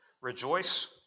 Rejoice